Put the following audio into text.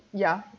ya